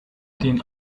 den